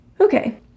okay